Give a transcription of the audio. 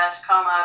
Tacoma